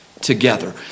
together